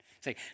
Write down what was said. Say